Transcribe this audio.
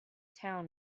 town